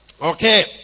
Okay